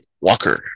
Walker